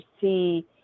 see